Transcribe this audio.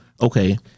Okay